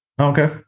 Okay